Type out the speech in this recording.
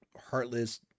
heartless